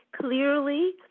clearly